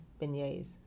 beignets